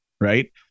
Right